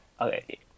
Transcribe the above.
Okay